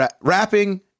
Rapping